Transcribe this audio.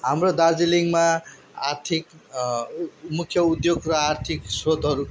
हाम्रो दार्जिलिङमा आर्थिक मुख्य उद्योग र आर्थिक स्रोतहरू